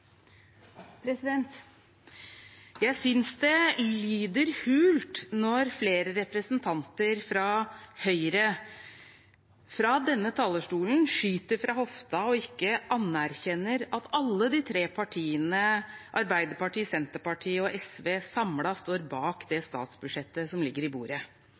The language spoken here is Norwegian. Jeg synes det lyder hult når flere representanter fra Høyre fra denne talerstolen skyter fra hofta og ikke anerkjenner at alle de tre partiene, Arbeiderpartiet, Senterpartiet og SV, samlet står bak det statsbudsjettet som ligger på bordet.